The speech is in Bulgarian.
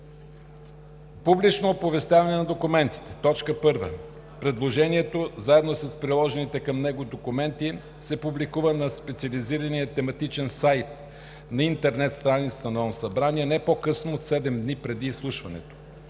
Публично оповестяване на документите 1. Предложението заедно с приложените към него документи се публикува на специализирания тематичен сайт на интернет страницата на Народното събрание не по-късно от 7 дни преди изслушването.